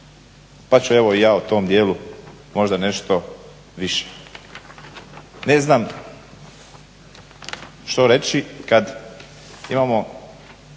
pa ću ja o tom dijelu možda nešto više. Ne znam što reći kada imamo